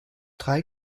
drei